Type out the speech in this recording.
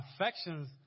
affections